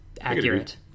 accurate